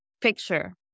picture